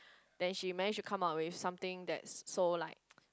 then she managed to come up with something that's so like